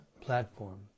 platform